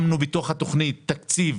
בתוך התכנית שמנו תקציב